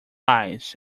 eyes